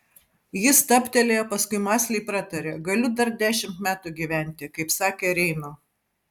ji stabtelėjo paskui mąsliai pratarė galiu dar dešimt metų gyventi kaip sakė reino